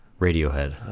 Radiohead